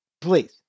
Please